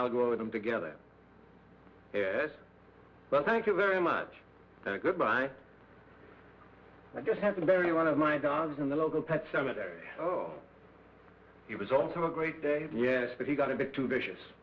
niall go over them together yes well thank you very much and a good buy i just had a very one of my dogs in the local pet cemetery though he was also a great day yes but he got a bit too vicious